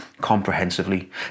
comprehensively